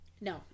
No